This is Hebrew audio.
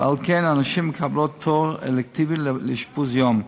ועל כן הנשים מקבלות תור אלקטיבי לאשפוז-יום.